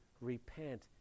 repent